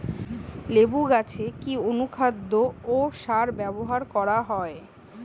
লেবু গাছে কি অনুখাদ্য ও সার ব্যবহার করা হয়?